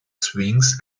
swings